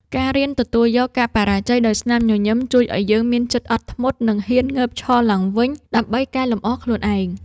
ការរៀនទទួលយកការបរាជ័យដោយស្នាមញញឹមជួយឱ្យយើងមានចិត្តអត់ធ្មត់ និងហ៊ានងើបឈរឡើងវិញដើម្បីកែលម្អខ្លួនឯង។